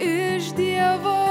iš dievo